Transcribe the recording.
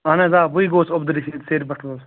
اَہَن حظ آ بٕے گوس عبدالرشیٖد سیرِ بَٹھٕ وول